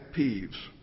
peeves